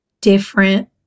different